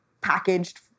packaged